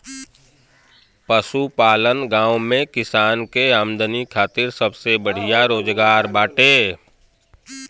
पशुपालन गांव में किसान के आमदनी खातिर सबसे बढ़िया रोजगार बाटे